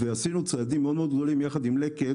עשינו צעדים מאוד מאוד גדולים יחד עם לקט